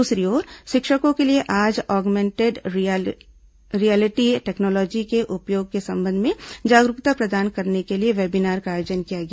दूसरी ओर शिक्षकों के लिए आज आग्मेंटेड रियेलिटी टेक्नोलॉजी के उपयोग के संबंध में जागरूकता प्रदान करने के लिए वेबीनार का आयोजन किया गया